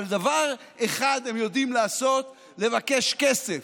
אבל דבר אחד הם יודעים לעשות: לבקש כסף,